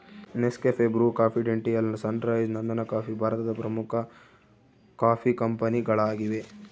Nescafe, Bru, confidential, sunrise, Nandan coffee ಭಾರತದ ಪ್ರಮುಖ coffee ಕಂಪನಿಗಳಾಗಿವೆ